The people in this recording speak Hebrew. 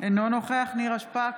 אינו נוכח נירה שפק,